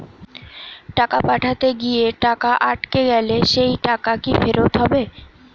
টাকা পাঠাতে গিয়ে টাকা আটকে গেলে সেই টাকা কি ফেরত হবে?